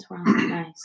Nice